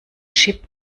chip